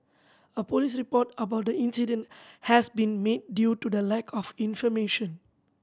a police report about the incident has been made due to the lack of information